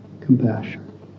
Compassion